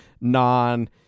non